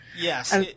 Yes